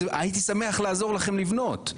הייתי שמח לעזור לכם לבנות.